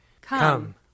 Come